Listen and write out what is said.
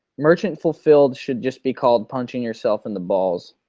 merchant fulfilled should just be called punching yourself in the balls,